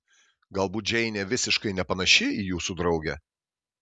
galbūt džeinė visiškai nepanaši į jūsų draugę